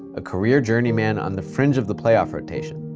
a career journeyman on the fringe of the playoff rotation.